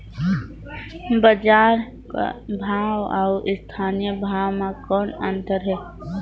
बजार भाव अउ स्थानीय भाव म कौन अन्तर हे?